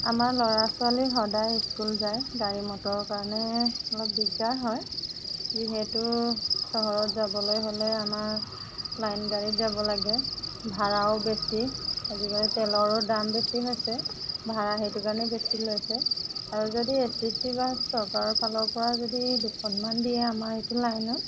আমাৰ ল'ৰা ছোৱালী সদায় স্কুল যায় গাড়ী মটৰ কাৰণে অলপ দিগদাৰ হয় যিহেতু চহৰত যাবলৈ হ'লে আমাৰ লাইন গাড়ীত যাব লাগে ভাড়াও বেছি আজিকালি তেলৰো দাম বেছি হৈছে ভাড়া সেইটো কাৰণেই বেছি লৈছে আৰু যদি এছ টি চি বাছ চৰকাৰ ফালৰ পৰা যদি দুখনমান দিয়ে আমাৰ এইটো লাইনত